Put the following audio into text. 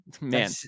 man